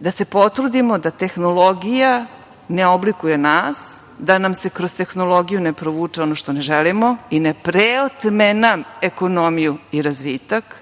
da se potrudimo da tehnologija ne oblikuje nas, da nam se kroz tehnologiju ne provuče ono što ne želimo i ne preotme nam ekonomiju i razvitak,